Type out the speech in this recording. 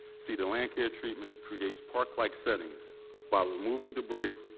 see, the land care treatment creates park-like settings by removing debris,